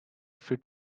fit